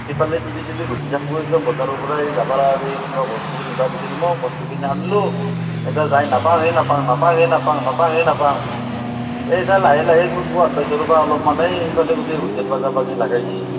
সিফালে তিৰী চলি ৰখি থাকব একদম বজাৰৰ পৰা যাবা আৰু কিবা বস্তু নিবা দিছিল মোক মই বস্তুখিনি আনলোঁ ইতা যাই নাপাং হে নাপাং নাপাং হে নাপাং নাপাং হে নাপাং এই ইতা লাহে লাহে ঘূৰব হান পাইছো ৰ'বা অলপমান এই সিফালে গোটেই হুইছেল বাজা বাজি লাগাইছে